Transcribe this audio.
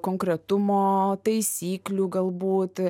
konkretumo taisyklių galbūt